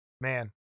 man